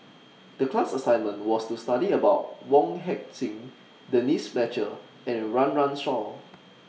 The class assignment was to study about Wong Heck Sing Denise Fletcher and Run Run Shaw